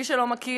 מי שלא מכיר,